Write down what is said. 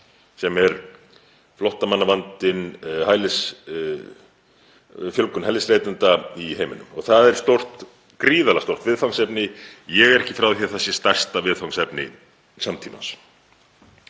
sem er flóttamannavandinn, fjölgun hælisleitenda í heiminum og það er gríðarlega stórt viðfangsefni. Ég er ekki frá því að það sé stærsta viðfangsefni samtímans.